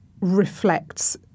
reflects